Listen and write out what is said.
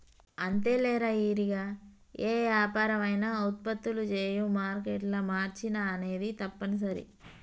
అంతేలేరా ఇరిగా ఏ యాపరం అయినా ఉత్పత్తులు చేయు మారేట్ల మార్చిన అనేది తప్పనిసరి